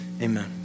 amen